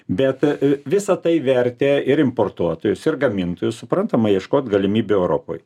bet visa tai vertė ir importuotojus ir gamintojus suprantama ieškot galimybių europoj